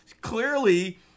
Clearly